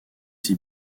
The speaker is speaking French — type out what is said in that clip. ses